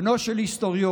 בנו של היסטוריון.